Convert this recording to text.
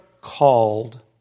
called